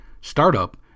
startup